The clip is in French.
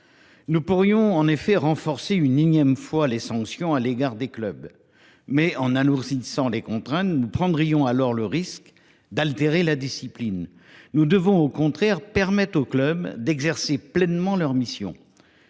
de nouveau, pour renforcer une énième fois les sanctions à l’égard des clubs. Mais si nous alourdissons les contraintes, nous prenons le risque d’altérer la discipline. Nous devons au contraire permettre aux clubs d’exercer pleinement leurs missions.